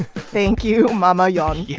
thank you, mama yeun. yeah